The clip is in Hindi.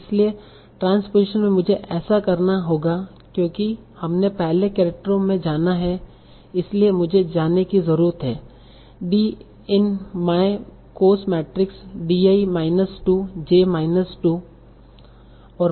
इसलिए ट्रांसपोज़िशन में मुझे ऐसा करना होगा क्योंकि हमें पहले केरेक्टरो में जाना है इसलिए मुझे जाने की जरूरत है D in my cost matrix D i minus 2 j minus 2 Di 2j 2